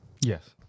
Yes